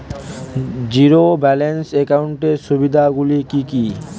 Zero balance একাউন্টের সুবিধা গুলি কি কি?